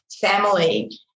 family